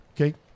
Okay